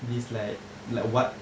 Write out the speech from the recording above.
this like like what